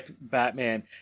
Batman